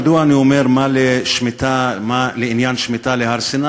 מדוע אני אומר מה עניין שמיטה להר-סיני?